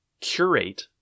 curate